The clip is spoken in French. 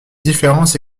différence